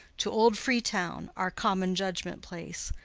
to old freetown, our common judgment place.